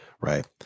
right